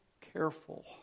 careful